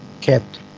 kept